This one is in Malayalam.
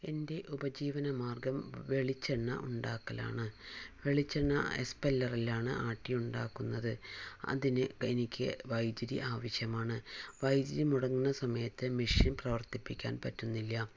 എൻ്റെ ഉപജീവന മാർഗ്ഗം വെളിച്ചെണ്ണ ഉണ്ടാക്കലാണ് വെളിച്ചെണ്ണ എക്സ്പെല്ലറിലാണ് ആട്ടിയുണ്ടാക്കുന്നത് അതിന് എനിക്ക് വൈദ്യുതി ആവശ്യമാണ് വൈദ്യുതി മുടങ്ങുന്ന സമയത്ത് മെഷീൻ പ്രവർത്തിപ്പിക്കാൻ പറ്റുന്നില്ല